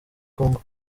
congo